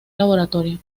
laboratorio